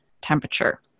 temperature